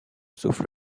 sauf